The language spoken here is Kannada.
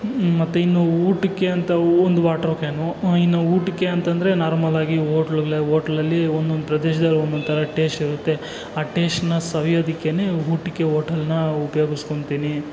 ಮತ್ತು ಇನ್ನು ಊಟಕ್ಕೆ ಅಂತ ಒಂದು ವಾಟರ್ ಕ್ಯಾನು ಇನ್ನು ಊಟಕ್ಕೆ ಅಂತಂದರೆ ನಾರ್ಮಲಾಗಿ ಹೋಟ್ಲು ಹೋಟ್ಲಲ್ಲಿ ಒಂದೊಂದು ಪ್ರತಿಸಲ ಒಂದೊಂದು ಥರ ಟೇಸ್ಟ್ ಇರುತ್ತೆ ಆ ಟೇಸ್ಟ್ನ ಸವಿಯೋದಕ್ಕೇನೆ ಊಟಕ್ಕೆ ಹೋಟೆಲ್ನ ಉಪಯೋಗಿಸ್ಕೋತೀನಿ